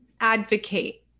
advocate